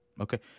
Okay